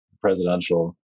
presidential